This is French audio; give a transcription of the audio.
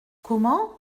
comment